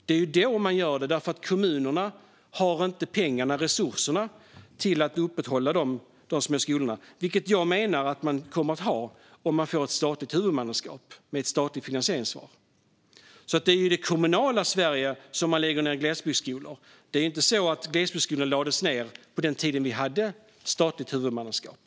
Det gör man eftersom kommunerna inte har pengar och resurser att upprätthålla de små skolorna, vilket jag menar att man kommer att ha om man får ett statligt huvudmannaskap och ett statligt finansieringsansvar. Det är i det kommunala Sverige som man lägger ned glesbygdsskolor. Det gjorde man inte i samma utsträckning när vi hade ett statligt huvudmannaskap.